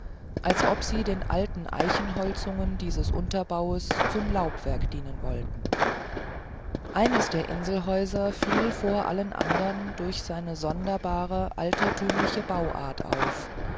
als ob sie den alten eichenholzungen dieses unterbaues zum laubwerk dienen wollten eins der inselhäuser fiel vor allen anderen durch seine sonderbare alterthümliche bauart auf